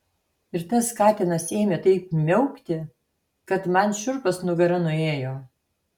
ir tas katinas ėmė taip miaukti kad man šiurpas nugara nuėjo